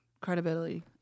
Credibility